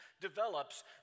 develops